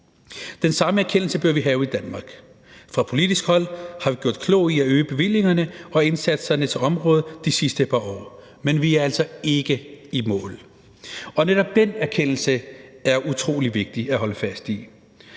Den samme erkendelse bør vi have i Danmark. Fra politisk hold har vi gjort klogt i at øge bevillingerne og indsatserne til området de sidste par år, men vi er altså ikke i mål. Og netop den erkendelse er utrolig vigtig at holde fast i,